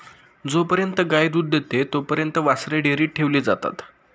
जोपर्यंत गाय दूध देते तोपर्यंत वासरे डेअरीत ठेवली जातात